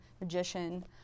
magician